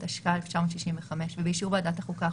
התשכ"ה 1965 ובאישור ועדת החוקה,